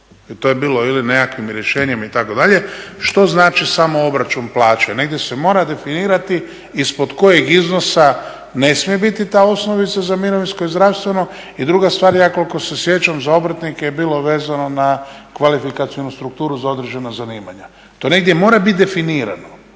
i to je bilo ili nekakvim rješenjem itd. Što znači samo obračun plaće? Negdje se mora definirati ispod kojeg iznosa ne smije biti ta osnovica za mirovinsko i zdravstveno. I druga stvar, ja koliko se sjećam za obrtnike je bilo vezano na kvalifikacionu strukturu za određena zanimanja. To negdje mora bit definirano.